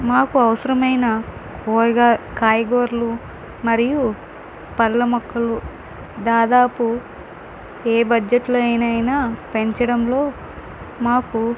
మాకు అవసరమైన కూయగ కాయగూరలు మరియు పళ్ళ మొక్కలు దాదాపు ఏ బడ్జెట్లో అయిన అయినా పెంచడంలో మాకు